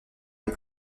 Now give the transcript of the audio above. les